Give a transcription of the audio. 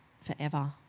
forever